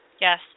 Yes